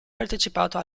partecipato